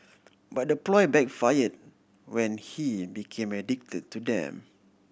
but the ploy backfired when he became addicted to them